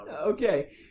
Okay